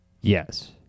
Yes